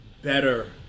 better